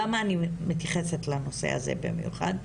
למה אני מתייחסת לנושא הזה במיוחד,